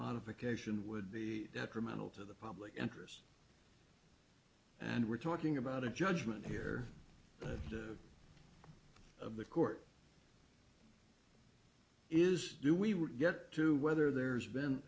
modification would be detrimental to the public interest and we're talking about a judgment here of the court is do we get to whether there's been